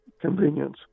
convenience